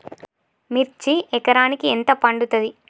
మిర్చి ఎకరానికి ఎంత పండుతది?